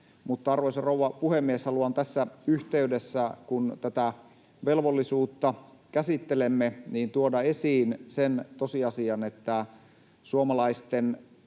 Arvoisa rouva puhemies! Haluan tässä yhteydessä, kun tätä velvollisuutta käsittelemme, tuoda esiin sen tosiasian, että suomalaisten